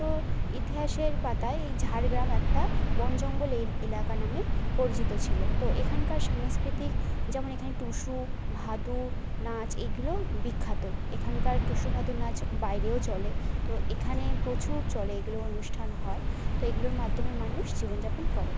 তো ইতিহাসের পাতায় এই ঝাড়গ্রাম একটা বন জঙ্গল এলাকা নামে পরিচিত ছিল তো এখানকার সাংস্কৃতিক যেমন এখানে টুসু ভাদু নাচ এইগুলো বিখ্যাত এখানকার টুসু ভাদু নাচ বাইরেও চলে তো এখানে প্রচুর চলে এগুলো অনুষ্ঠান হয় তো এগুলোর মাধ্যমে মানুষ জীবনযাপন করে